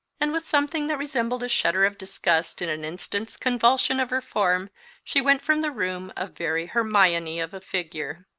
and with something that resembled a shudder of disgust in an instant's convulsion of her form she went from the room, a very hermione of a figure.